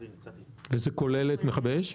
זה כולל את מכבי אש?